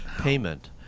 payment